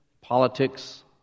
politics